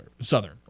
Southern